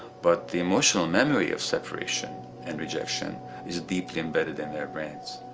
but the emotional memory of separation and rejection is deeply embedded in their brains.